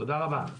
תודה רבה.